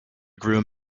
groom